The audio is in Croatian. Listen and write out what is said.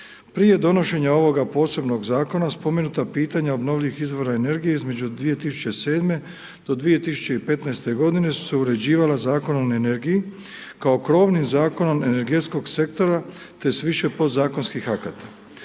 Prije donošenja ovoga posebnog zakona spomenuta pitanja obnovljivih izvora energije između 2007. do 2015. godine su se uređivala Zakonom o energiji kao krovnim zakonom energetskog sektora te s više podzakonskih akata.